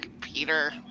Peter